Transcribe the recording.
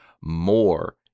more